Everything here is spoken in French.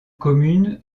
commune